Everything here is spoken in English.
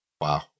Wow